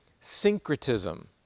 syncretism